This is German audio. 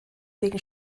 wegen